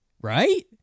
Right